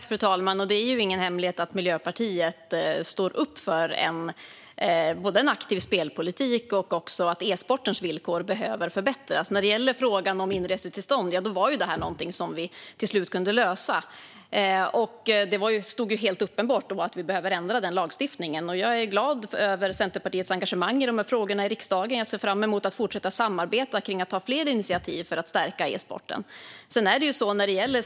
Fru talman! Det är ingen hemlighet att Miljöpartiet står upp både för en aktiv spelpolitik och för att e-sportens villkor behöver förbättras. När det gäller frågan om inresetillstånd var det något som vi till slut kunde lösa. Det var uppenbart då att vi behöver ändra den lagstiftningen. Jag är glad över Centerpartiets engagemang i dessa frågor i riksdagen, och jag ser fram emot att fortsätta samarbeta kring att ta fler initiativ för att stärka e-sporten.